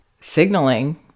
signaling